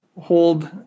hold